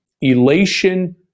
elation